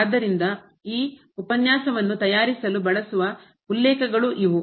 ಆದ್ದರಿಂದ ಈ ಉಪನ್ಯಾಸವನ್ನು ತಯಾರಿಸಲು ಬಳಸುವ ಉಲ್ಲೇಖಗಳು ಇವು